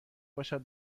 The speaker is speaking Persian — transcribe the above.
باشد